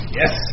yes